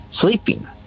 sleeping